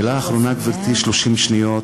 מילה אחרונה, גברתי, 30 שניות,